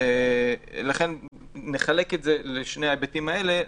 לכן נחלק את זה לשני ההיבטים האלה,